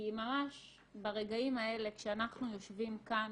ממש ברגעים האלה כשאנחנו יושבים כאן